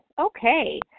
Okay